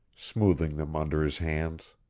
smoothing them under his hands.